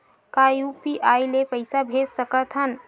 का यू.पी.आई ले पईसा भेज सकत हन?